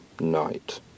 night